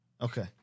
Okay